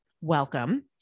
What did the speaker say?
welcome